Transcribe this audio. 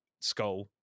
Skull